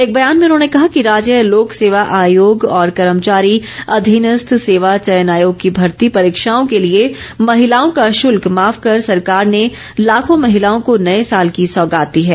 एक बयान में उन्होंने कहा कि राज्य लोक सेवा आयोग और कर्मचारी अधीनस्थ सेवा चयन आयोग की भर्ती परीक्षाओं के लिए महिलाओं का शुल्क माफ कर सरकार ने लाखों महिलाओं को नए साल की सौगात दी है